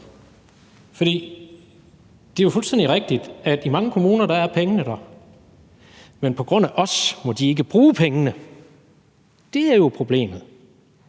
For det er jo fuldstændig rigtigt, at pengene i mange kommuner er der, men på grund af os må de ikke bruge pengene. Det er jo problemet.